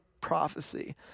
prophecy